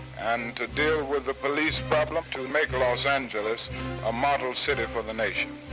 and to deal with the police problem to make los angeles a model city for the nation.